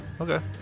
Okay